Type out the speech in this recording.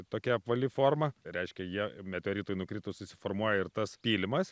tokia apvali forma reiškia jie meteoritui nukritus susiformuoja ir tas pylimas